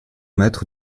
maître